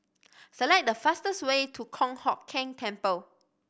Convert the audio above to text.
select the fastest way to Kong Hock Keng Temple